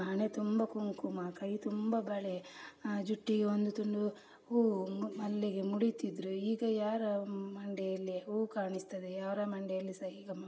ಹಣೆ ತುಂಬ ಕುಂಕುಮ ಕೈ ತುಂಬ ಬಳೆ ಜುಟ್ಟಿಗೆ ಒಂದು ತುಂಡು ಹೂವು ಮಲ್ಲಿಗೆ ಮುಡೀತಿದ್ರು ಈಗ ಯಾರ ಮಂಡೆಯಲ್ಲಿ ಹೂವು ಕಾಣಿಸ್ತದೆ ಯಾರ ಮಂಡೆಯಲ್ಲಿ ಸಹ ಈಗ ಮ